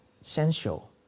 Essential